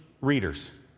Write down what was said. readers